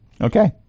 Okay